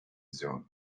zone